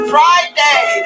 Friday